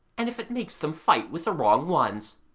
and if it makes them fight with the wrong ones.